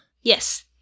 Yes